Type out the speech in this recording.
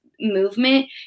movement